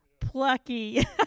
plucky